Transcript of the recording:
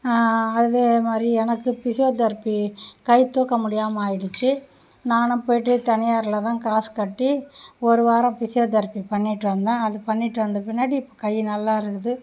அதே மாதிரி எனக்கு ஃபிசியோதெரப்பி கை தூக்க முடியாமல் ஆயிடுச்சு நான் போயிவிட்டு தனியாரில் தான் காசு கட்டி ஒரு வாரம் ஃபிசியோதெரப்பி பண்ணிவிட்டு வந்தேன் அது பண்ணிவிட்டு வந்த பின்னாடி இப்போ கை நல்லாயிருக்குது